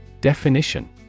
Definition